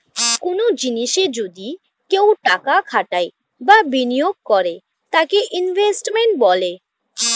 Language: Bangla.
কনো জিনিসে যদি কেউ টাকা খাটায় বা বিনিয়োগ করে তাকে ইনভেস্টমেন্ট বলে